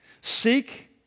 Seek